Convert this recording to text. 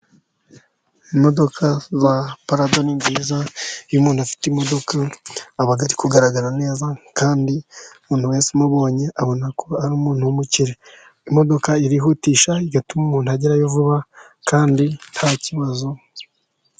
Imodoka za parado ni nziza, iyo umuntu afite imodoka aba ari kugaragara neza, kandi umuntu wese umubonye abona ko ari umuntu w'umukire. Imodoka irihutisha, igatuma umuntu agerayo vuba kandi nta kibazo.